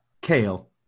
Kale